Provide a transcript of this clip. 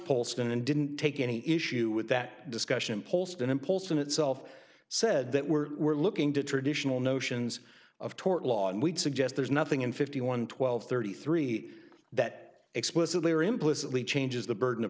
paulson and didn't take any issue with that discussion post an impulse in itself said that we're we're looking to traditional notions of tort law and we'd suggest there's nothing in fifty one twelve thirty three that explicitly or implicitly changes the burden of